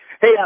Hey